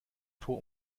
tor